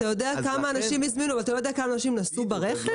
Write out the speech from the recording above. אתה יודע כמה אנשים הזמינו אבל אתה לא יודע כמה אנשים נסעו ברכב?